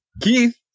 Keith